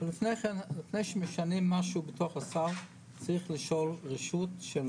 לפני שמשנים משהו בסל יש לשאול רשות של